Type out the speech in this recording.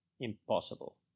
impossible